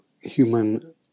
human